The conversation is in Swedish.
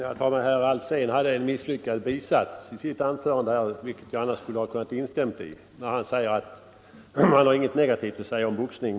Herr talman! Herr Alsén hade en misslyckad bisats i sitt anförande — vilket jag annars hade kunnat instämma i — där han säger att han har ingenting negativt att säga om boxningen.